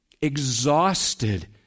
exhausted